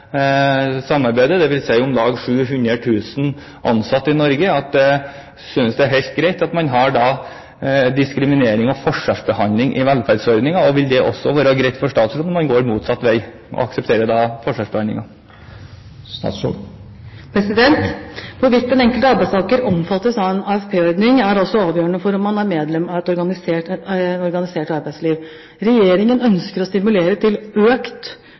samarbeidet, dvs. om lag 700 000 ansatte i Norge? Synes hun det er helt greit at man har diskriminering og forskjellsbehandling i velferdsordningene? Vil det også være greit for statsråden om man går motsatt veg og aksepterer forskjellsbehandling? Når det gjelder hvorvidt den enkelte arbeidstaker omfattes av en AFP-ordning, er det altså avgjørende at man er medlem av et organisert arbeidsliv. Regjeringen ønsker å stimulere til økt